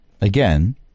Again